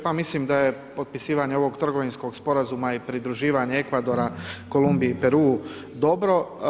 Pa mislim da je potpisivanje ovog trgovinskog sporazuma i pridruživanje Ekvadora Kolumbiji i Peru dobro.